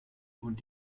und